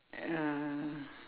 uh